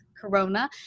Corona